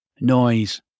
Noise